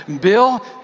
Bill